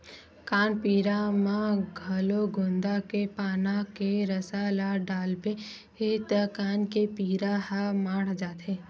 कान पीरा म घलो गोंदा के पाना के रसा ल डालबे त कान के पीरा ह माड़ जाथे